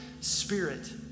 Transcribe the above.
spirit